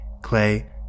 clay